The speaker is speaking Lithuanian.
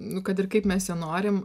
nu kad ir kaip mes jo norim